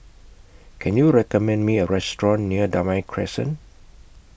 Can YOU recommend Me A Restaurant near Damai Crescent